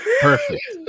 Perfect